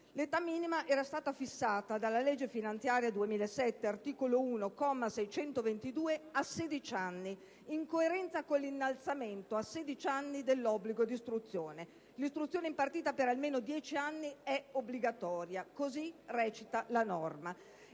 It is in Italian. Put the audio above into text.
L'età minima era stata fissata dalla legge finanziaria 2007 (articolo 1, comma 622) a 16 anni, in coerenza con l'innalzamento a 16 anni dell'obbligo di istruzione. «L'istruzione impartita per almeno 10 anni è obbligatoria», così recita la norma.